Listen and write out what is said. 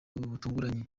butunguranye